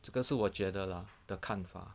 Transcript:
这个是我觉得 lah 的看法